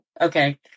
Okay